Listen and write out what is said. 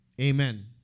amen